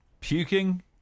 Puking